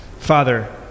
Father